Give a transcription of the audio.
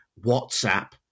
WhatsApp